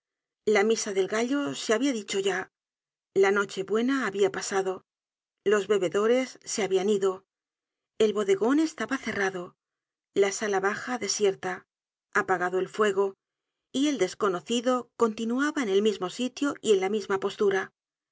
la misa del gallo se habia dicho ya la noche-buena habia pasado los bebedores se habian ido el bodegon estaba cerrado la sala baja desierta apagado el fuego y el desconocido continuaba en el mismo sitio y en la misma postura